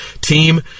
team